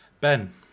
Ben